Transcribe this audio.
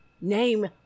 Name